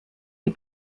die